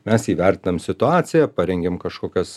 mes įvertinam situaciją parengiam kažkokias